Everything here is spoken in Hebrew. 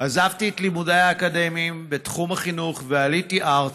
עזבתי את לימודיי האקדמיים בתחום החינוך ועליתי ארצה.